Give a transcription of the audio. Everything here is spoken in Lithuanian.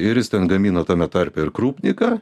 ir jis ten gamino tame tarpe ir krupniką